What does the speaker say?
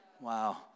Wow